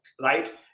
right